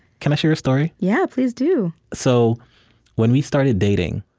can i share a story? yeah please do so when we started dating,